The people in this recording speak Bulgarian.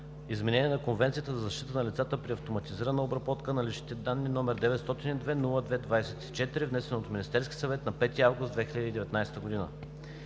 изменение на Конвенцията за защита на лицата при автоматизираната обработка на лични данни, № 902-02-24, внесен от Министерския съвет на 5 август 2019 г.